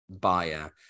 buyer